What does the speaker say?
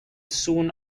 soon